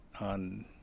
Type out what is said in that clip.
on